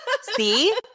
see